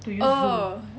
oh